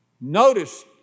Notice